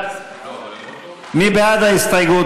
שלי יחימוביץ,